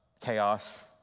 chaos